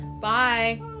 bye